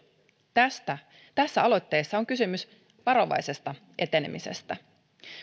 tässä aloitteessa on kysymys varovaisesta etenemisestä